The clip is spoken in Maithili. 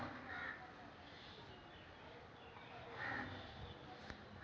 एकर असर बाताबरण में कम परय छै